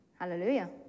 Hallelujah